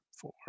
four